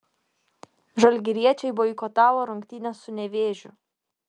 žalgiriečiai boikotavo rungtynes su nevėžiu